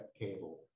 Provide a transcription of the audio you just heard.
cable